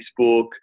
Facebook